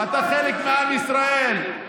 אתה חלק מעם ישראל.